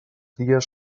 dies